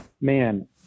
man